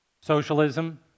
socialism